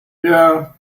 yeah